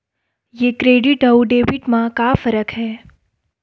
ये क्रेडिट आऊ डेबिट मा का फरक है?